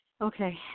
Okay